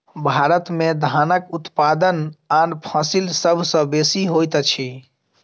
भारत में धानक उत्पादन आन फसिल सभ सॅ बेसी होइत अछि